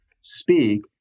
speak